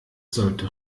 sollte